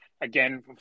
Again